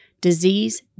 disease